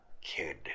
Kid